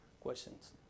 questions